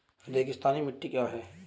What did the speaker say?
रेगिस्तानी मिट्टी क्या है?